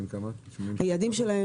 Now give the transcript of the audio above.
היעדים?